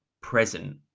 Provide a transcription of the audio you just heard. present